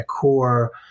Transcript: Core